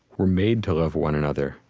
we're made to love one another.